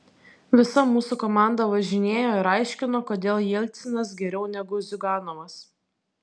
visa mūsų komanda važinėjo ir aiškino kodėl jelcinas geriau negu ziuganovas